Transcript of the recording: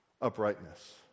uprightness